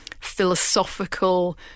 philosophical